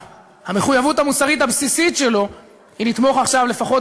המחויבות המוסרית הבסיסית שלו היא לתמוך עכשיו לפחות